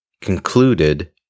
concluded